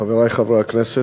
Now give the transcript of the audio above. חברי חברי הכנסת,